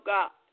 God